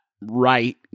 right